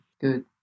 good